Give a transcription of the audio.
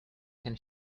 can